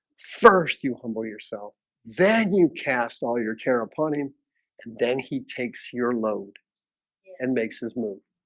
first you humble yourself then you cast all your care upon him then he takes your load and makes his move